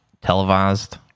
televised